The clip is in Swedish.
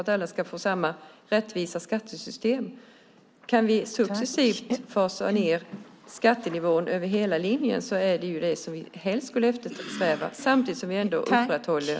Det som vi främst eftersträvar är att successivt få ned skattenivån över hela linjen samtidigt som vi upprätthåller servicen i landet.